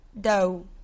dough